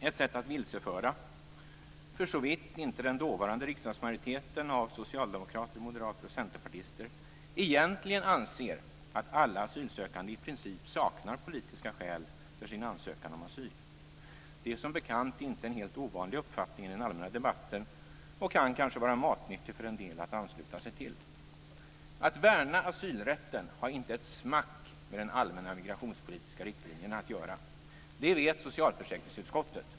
Ett sätt att vilseföra, försåvitt inte den dåvarande riksdagsmajoriteten av socialdemokrater, moderater och centerpartister egentligen anser att alla asylsökande i princip saknar politiska skäl för sin ansökan om asyl. Det är ju som bekant en inte helt ovanlig uppfattning i den allmänna debatten, och det kan kanske vara matnyttigt för en del att ansluta till den. Att värna asylrätten har inte ett smack med de allmänna migrationspolitiska riktlinjerna att göra. Det vet socialförsäkringsutskottet.